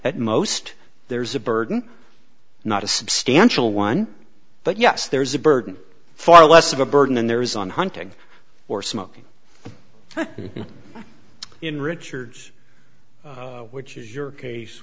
at most there's a burden not a substantial one but yes there is a burden far less of a burden and there is on hunting or smoking in richard's which is your case